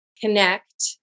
connect